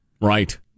Right